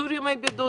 קיצור ימי הבידוד